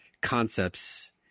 concepts